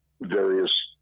various –